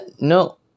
no